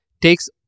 takes